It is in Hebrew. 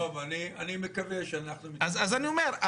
אני מקווה שאנחנו --- אז אני אומר,